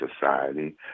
society